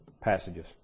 passages